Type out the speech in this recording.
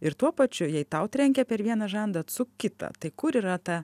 ir tuo pačiu jei tau trenkė per vieną žandą atsuk kitą tai kur yra ta